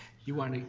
you want